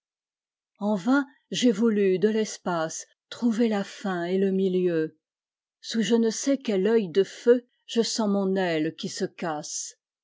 en vain j'ai voulu de î'espacetrouver la fin et le milieu sous je ne sais quel œil de feuje sens mon aile aui se casse